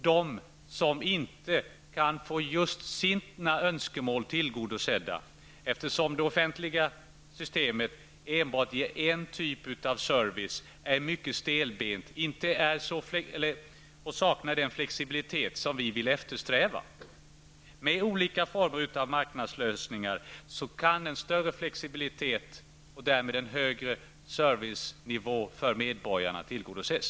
De kan inte få just sina önskemål tillgodosedda, eftersom det offentliga systemet enbart ger en typ av service. Det är mycket stelbent och saknar den flexibilitet som vi vill eftersträva. Med olika former av marknadslösningar kan en större flexibilitet och därmed en högre servicenivå för medborgarna tillgodoses.